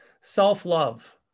self-love